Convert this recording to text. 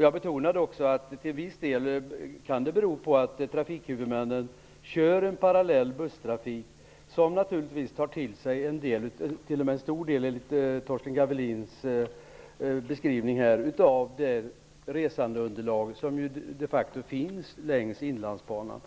Jag betonade också att det till viss del kan bero på trafikhuvudmännen kör parallell busstrafik, vilket naturligtvis tar en del - t.o.m. en stor del, enligt Torsten Gavelins beskrivning - av det resandeunderlag som de facto finns längs Inlandsbanan.